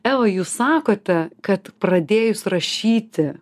eva jūs sakote kad pradėjus rašyti